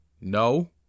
No